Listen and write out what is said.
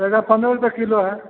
बैंगन पंद्रह रुपये किलो है